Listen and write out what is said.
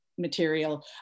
material